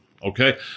okay